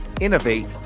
innovate